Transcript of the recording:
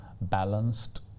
balanced